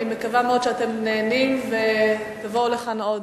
אני מקווה מאוד שאתם נהנים ותבואו לכאן עוד.